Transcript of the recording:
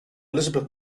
elizabeth